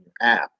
app